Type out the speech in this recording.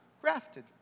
grafted